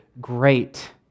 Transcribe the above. great